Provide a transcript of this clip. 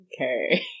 Okay